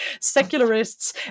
secularists